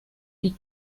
die